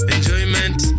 Enjoyment